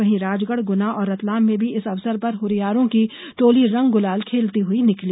वहीं राजगढ़ गुना और रतलाम में भी इस अवसर पर हुरियारो की टोलियां रंग गुलाल खेलती हुई निकली